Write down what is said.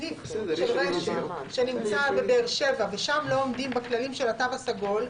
סניף של רשת שנמצא בבאר שבע ושם לא עומדים בכללים של התו הסגול,